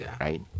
right